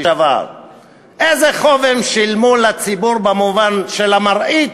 איזה חוב הם שילמו לציבור במובן של המראית